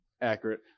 accurate